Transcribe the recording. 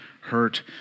hurt